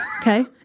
Okay